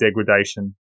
degradation